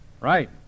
Right